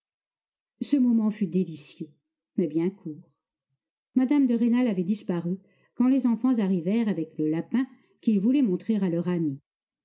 ce moment fut délicieux mais bien court mme de rênal avait disparu quand les enfants arrivèrent avec le lapin qu'ils voulaient montrer à leur ami